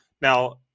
Now